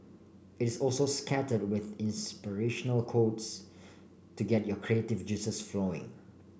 it's also scattered with inspirational quotes to get your creative juices flowing